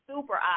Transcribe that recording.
super